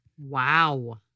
Wow